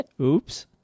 Oops